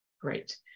great